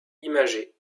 imagée